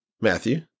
Matthew